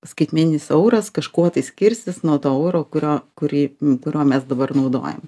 skaitmeninis euras kažkuo tai skirsis nuo to euro kurio kurį kurio mes dabar naudojam